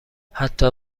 حتی